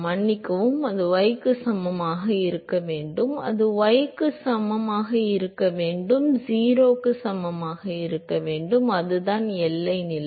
மன்னிக்கவும் அது y க்கு சமமாக இருக்க வேண்டும் அது y க்கு சமமாக இருக்க வேண்டும் அது 0 க்கு சமமாக இருக்க வேண்டும் அதுதான் எல்லை நிலை